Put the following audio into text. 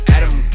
Adam